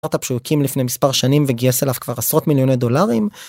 סטארט אפ שהוא הקים לפני מספר שנים וגייס אליו כבר עשרות מיליוני דולרים.